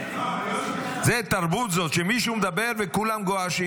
זה תרבות זאת, כשמישהו מדבר וכולם גועשים?